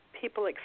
people